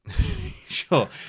Sure